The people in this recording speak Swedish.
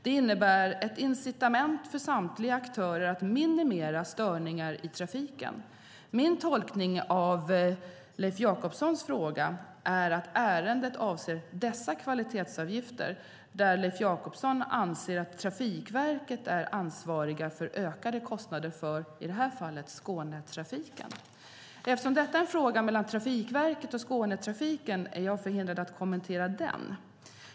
Det innebär ett incitament för samtliga aktörer att minimera störningar i trafiken. Min tolkning av Leif Jakobssons fråga är att ärendet avser dessa kvalitetsavgifter där han anser att Trafikverket är ansvarigt för ökade kostnader för, i det här fallet, Skånetrafiken. Eftersom detta är en fråga mellan Trafikverket och Skånetrafiken är jag förhindrad att kommentera den.